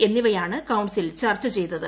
ടിക് എന്നീവയാണ് കൌൺസിൽ ചർച്ച ചെയ്തത്